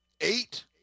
Eight